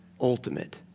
ultimate